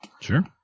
Sure